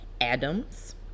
Adams